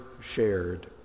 shared